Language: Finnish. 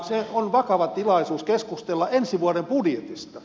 se on vakava tilaisuus keskustella ensi vuoden budjetista